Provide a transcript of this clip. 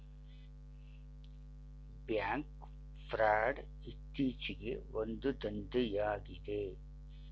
bank fraud ಇತ್ತೀಚೆಗೆ ಒಂದು ದಂಧೆಯಾಗಿದೆ